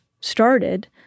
started